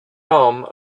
home